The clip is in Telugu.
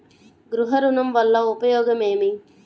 గృహ ఋణం వల్ల ఉపయోగం ఏమి?